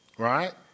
Right